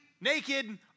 naked